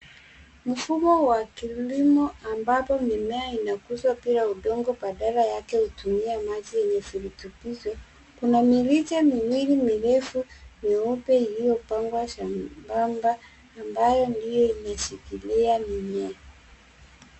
Mfumo wa kilimo ambapo mimea inakuzwa bila udongo. Badala yake hutumia maji yenye virutubisho. Kuna mirija miwili mirefu myeupe iliyopangwa nyembamba ambayo ndiyo inashikilia mimea.